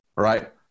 Right